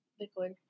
Liquid